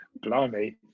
Blimey